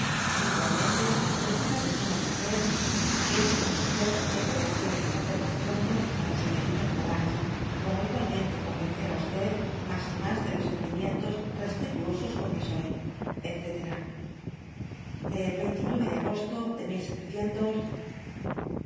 me será de sumo placer que esta ocasión me proporcione conocer mas pronto á la señorita de yolanges como igualmente convencer á mas y mas de los sentimientos respetuosos con que soy etc de de agosto de